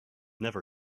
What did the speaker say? never